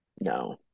no